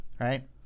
Right